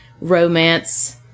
romance